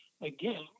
again